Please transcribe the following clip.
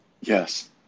Yes